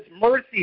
mercy